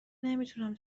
نمیتونم